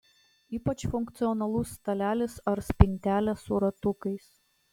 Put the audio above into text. ypač funkcionalus stalelis ar spintelė su ratukais